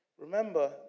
remember